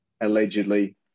allegedly